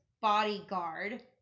bodyguard